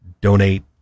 donate